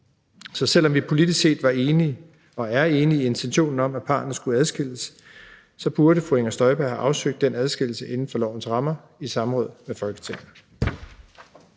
Så selv om vi politisk set var enige og er enige i intentionen om, at parrene skulle adskilles, burde fru Inger Støjberg have afsøgt den adskillelse inden for lovens rammer i samråd med Folketinget.